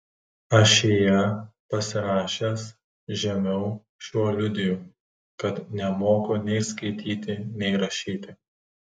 ašyje pasirašęs žemiau šiuo liudiju kad nemoku nei skaityti nei rašyti